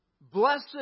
Blessed